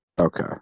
Okay